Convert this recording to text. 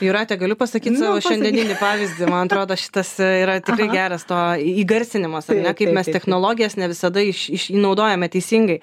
jūrate galiu pasakyt savo šiandieninį pavyzdį man atrodo šitas yra tikrai geras to įgarsinimas ar ne kaip mes technologijas ne visada iš išnaudojame teisingai